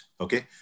Okay